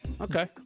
Okay